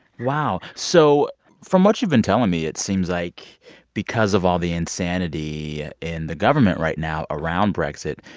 wow. so from what you've been telling me, it seems like because of all the insanity in the government right now around brexit,